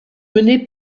mené